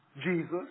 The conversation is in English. Jesus